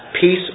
Peace